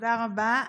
תודה רבה.